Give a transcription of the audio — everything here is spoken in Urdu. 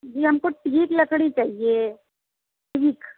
جی ہم کو ٹیک لکڑی چاہیے ٹیک